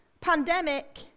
pandemic